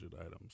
items